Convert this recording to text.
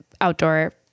outdoor